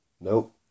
Nope